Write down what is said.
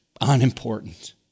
unimportant